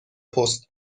پست